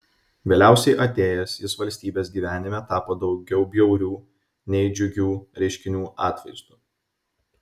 vėliausiai atėjęs jis valstybės gyvenime tapo daugiau bjaurių nei džiugių reiškinių atvaizdu